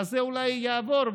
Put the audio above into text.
אז זה אולי יעבור,